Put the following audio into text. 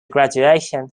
graduation